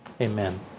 Amen